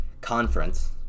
conference